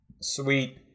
Sweet